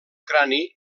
crani